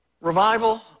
Revival